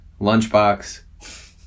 lunchbox